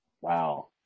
Wow